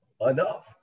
Enough